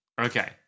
Okay